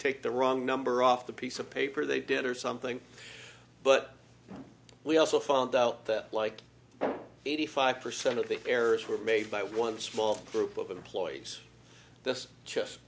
take the wrong number off the piece of paper they did or something but we also found out that like eighty five percent of the errors were made by one small group of employees this just